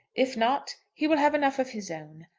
if not, he will have enough of his own.